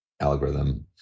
algorithm